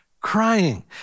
crying